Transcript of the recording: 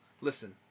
Listen